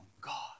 God